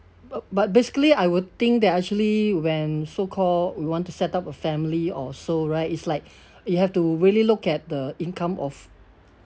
but but basically I will think that actually when so-called we want to set up a family or so right it's like you have to really look at the income of